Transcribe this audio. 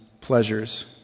pleasures